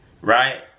right